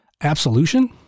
absolution